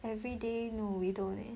everyday no we don't leh